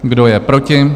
Kdo je proti?